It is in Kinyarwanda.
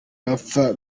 bapfa